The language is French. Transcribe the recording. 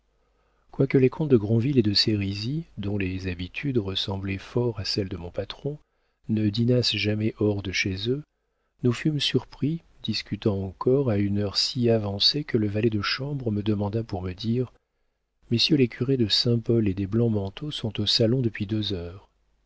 quoique les comtes de grandville et de sérizy dont les habitudes ressemblaient fort à celles de mon patron ne dînassent jamais hors de chez eux nous fûmes surpris discutant encore à une heure si avancée que le valet de chambre me demanda pour me dire messieurs les curés de saint-paul et des blancs-manteaux sont au salon depuis deux heures